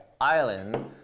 Island